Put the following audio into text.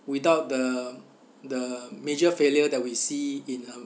without the the major failure that we see in um